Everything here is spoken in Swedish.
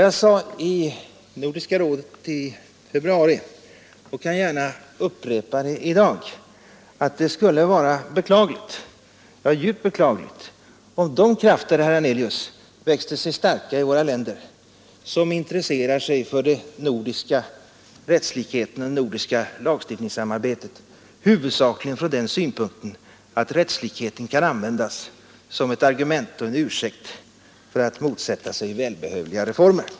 Jag sade i Nordiska rådet i februari, och jag kan gärna upprepa det i dag: Det skulle vara beklagligt, ja djupt beklagligt, om de krafter, herr Hernelius, växte sig starka i våra länder som intresserar sig för den nordiska lagstiftningssamarbetet huvudsakligen fr: ttslikheten och det nordiska ån den synpunkten att rättslikheten kan användas som ett argument och en ursäkt för att motsätta sig välbehövliga reformer.